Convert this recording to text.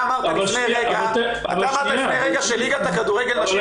אתה אמרת לפני רגע שליגת כדורגל הנשים